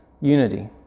unity